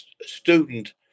student